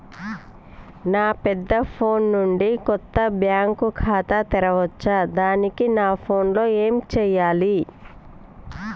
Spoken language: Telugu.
నా పెద్ద ఫోన్ నుండి కొత్త బ్యాంక్ ఖాతా తెరవచ్చా? దానికి నా ఫోన్ లో ఏం చేయాలి?